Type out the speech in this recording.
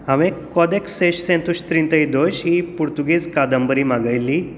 हांवेंन काॅदेक सेश सेन्तोश त्रिंतेय दोश ही पुर्तुगेज कादंबरी मागयल्ली